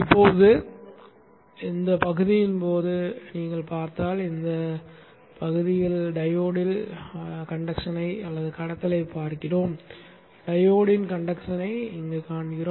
இப்போது இந்த பகுதியின் போது மட்டுமே நீங்கள் பார்த்தால் இந்த பகுதியில் மட்டுமே டையோடில் கடத்தலைப் பார்க்கிறோம் டையோடின் கடத்தலைக் காண்கிறோம்